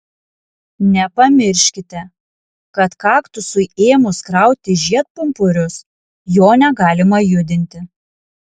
nepamirškite kad kaktusui ėmus krauti žiedpumpurius jo negalima judinti